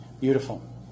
Beautiful